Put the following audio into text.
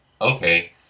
okay